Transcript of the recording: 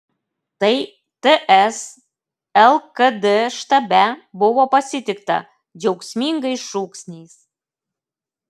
tai ts lkd štabe buvo pasitikta džiaugsmingais šūksniais